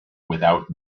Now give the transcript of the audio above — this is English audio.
without